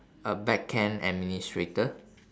a backend administrator